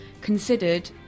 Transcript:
considered